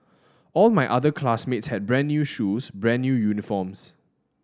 all my other classmates had brand new shoes brand new uniforms